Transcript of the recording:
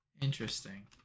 interesting